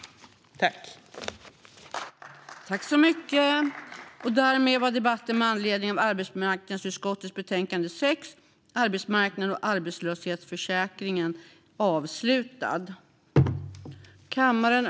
Arbetsmarknad och arbetslöshetsförsäk-ringen